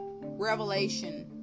revelation